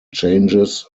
changes